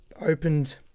opened